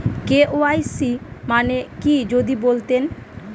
KYC মানে কি যদি বলতেন?